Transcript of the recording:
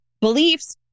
beliefs